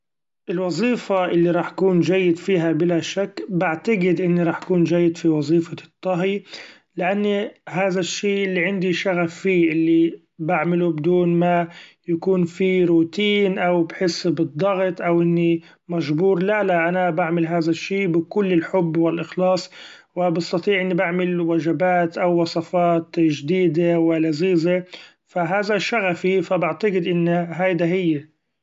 الوظيفة اللي رح كون جيد فيها بلا شك بعتقد إني رح كون جيد في وظيفة الطهي ؛ لأني هذا الشي يالي عندي شغف فيه ، اللي بعمله بدون ما يكون فيه روتين أو بحس بالضغط أو إني مجبور لا لا أنا بعمل هذا الشي بكل الحب و الإخلاص ، و بستطيع إني بعمل وجبات أو وصفات جديدة و لذيذة ، فهذا شغفي فبعتقد إن هيدا هيا.